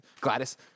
Gladys